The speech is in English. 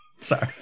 Sorry